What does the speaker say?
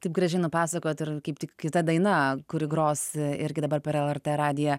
taip gražiai nupasakojot kaip tik kita daina kuri gros irgi dabar per lrt radiją